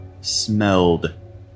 smelled